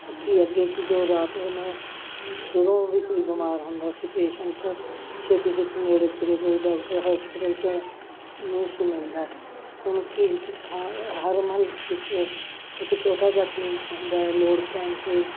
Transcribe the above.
ਕਿਉਂਕਿ ਅੱਗੇ ਕੀ ਜੋ ਰਾਤ ਨੂੰ ਜਦੋਂ ਵੀ ਕੋਈ ਬਿਮਾਰ ਹੁੰਦਾ ਸੀ ਪੇਸ਼ੈਂਟ ਛੇਤੀ ਛੇਤੀ ਨੇੜੇ ਤੇੜੇ ਕੋਈ ਡਾਕਟਰ ਹੋਸਪਿਟਲ 'ਚ ਨਹੀਂ ਸੀ ਮਿਲਦਾ ਹੁਣ ਕੀ ਜ ਥਾਂ ਹਰ ਮੁਹੱਲੇ ਵਿੱਚ ਇੱਕ ਛੋਟਾ ਜਿਹਾ ਕਲੀਨਿਕ ਹੁੰਦਾ ਹੈ ਲੋੜ ਪੈਣ 'ਤੇ